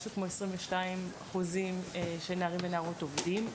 משהו כמו 22% של נערים ונערות עובדים,